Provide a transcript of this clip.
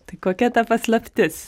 tai kokia ta paslaptis